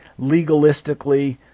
legalistically